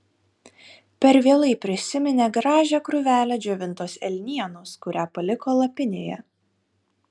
per vėlai prisiminė gražią krūvelę džiovintos elnienos kurią paliko lapinėje